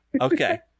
okay